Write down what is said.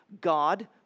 God